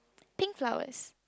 pink flowers